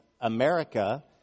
America